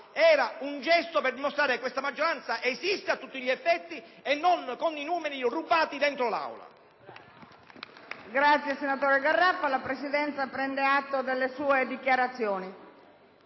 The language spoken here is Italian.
stato un gesto per dimostrare che questa maggioranza esiste a tutti gli effetti e non con i numeri rubati dentro l'Aula.